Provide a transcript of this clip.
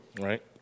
Right